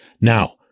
Now